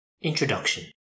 Introduction